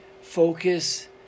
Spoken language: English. focus